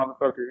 motherfucker